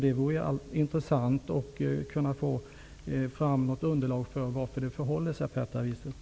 Det vore intressant att få fram ett underlag som visar varför det förhåller sig på detta sätt.